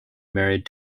married